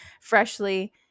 freshly